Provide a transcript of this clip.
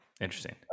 Interesting